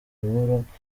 menshi